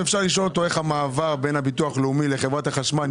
אם אפשר לשאול אותו איך המעבר מביטוח לאומי לחברת החשמל.